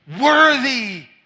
worthy